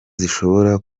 zishobora